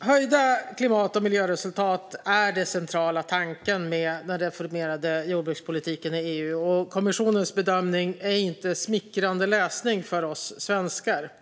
Höjda klimat och miljöresultat är den centrala tanken med den reformerade jordbrukspolitiken i EU. Och kommissionens bedömning är inte smickrande läsning för oss svenskar.